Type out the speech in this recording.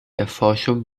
erforschung